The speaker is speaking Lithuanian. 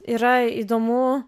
yra įdomu